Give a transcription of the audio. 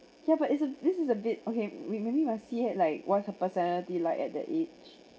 ya but it's a this is a bit okay we maybe must see had like what's her personality like at that age